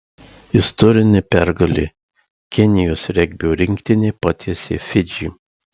istorinė pergalė kenijos regbio rinktinė patiesė fidžį